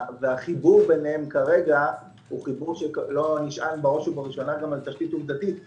החיבור ביניהם כרגע לא נשען על תשתית עובדתית קיימת.